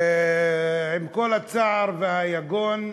עם כל הצער והיגון,